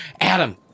Adam